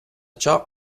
ciò